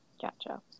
Gotcha